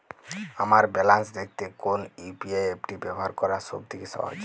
আমার ব্যালান্স দেখতে কোন ইউ.পি.আই অ্যাপটি ব্যবহার করা সব থেকে সহজ?